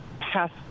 pass